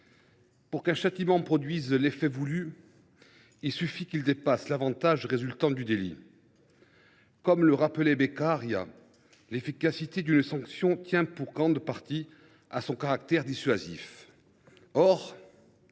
pour qu’un châtiment produise l’effet voulu, il suffit qu’il dépasse l’avantage résultant du délit ». Comme le rappelait Beccaria, l’efficacité d’une sanction tient en grande partie à son caractère dissuasif.